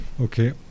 Okay